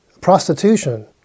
prostitution